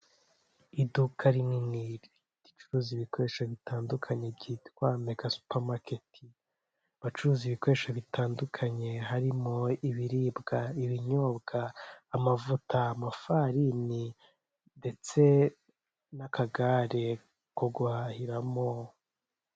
Iduka rinini ricuruza ibikoresho bitandukanye byitwa mega supamaketi bacuruza ibikoresho bitandukanye harimo ibiribwa, ibinyobwa, amavuta, amafarini ndetse n'akagare ko guhahiramo.